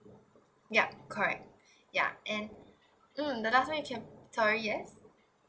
yup correct ya and mm the last way you can sorry yes